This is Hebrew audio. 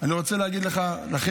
אני רוצה להגיד לכם,